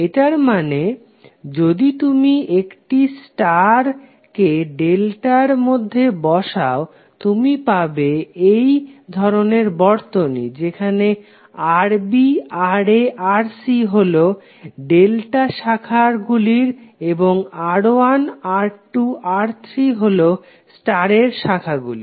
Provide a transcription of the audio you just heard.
এটার মানে যদি তুমি একটি স্টারকে ডেল্টার মধ্যে বসাও তুমি পাবে এই ধরনের বর্তনী যেখানে Rb Ra Rc হলো ডেল্টার শাখা গুলি এবং R1 R2 R3 হলো স্টারের শাখা গুলি